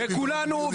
וכולנו,